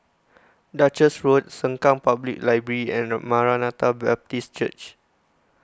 Duchess Road Sengkang Public Library and Maranatha Baptist Church